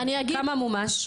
כמה מומש?